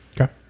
Okay